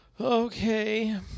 Okay